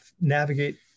navigate